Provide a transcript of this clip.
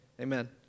Amen